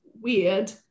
weird